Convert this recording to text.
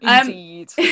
Indeed